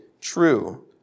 true